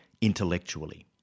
intellectually